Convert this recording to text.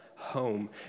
home